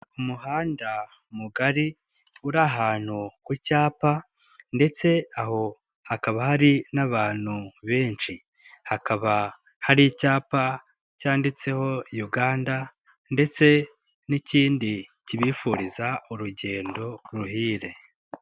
Umuhanda mugari uri ahantu ku cyapa ndetse aho hakaba hari n'abantu benshi, hakaba hari icyapa cyanditseho Uganda ndetse n'ikindi kibifuriza urugendo ruhire.